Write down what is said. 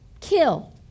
kill